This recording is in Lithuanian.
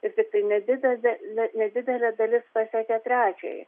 ir tiktai nedidelė nedidelė dalis pasiekia trečiąjį